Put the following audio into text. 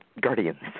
guardians